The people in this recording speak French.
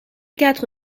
quatre